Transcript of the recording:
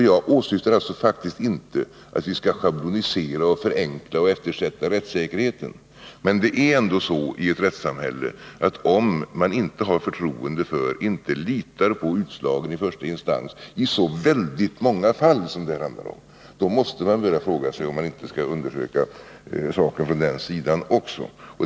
Jag åsyftar faktiskt inte att vi skall schablonisera och förenkla eller eftersätta rättssäkerheten, men det är ändå så i ett rättssamhälle att om man inte har förtroende för, inte litar på utslagen i första instans i så väldigt många fall som det här handlar om, då måste man fråga sig om man inte skall börja undersöka saken från den sidan också.